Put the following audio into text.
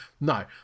No